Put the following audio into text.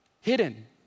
hidden